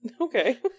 Okay